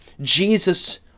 Jesus